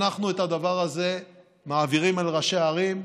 את הדבר הזה אנחנו מעבירים אל ראשי הערים,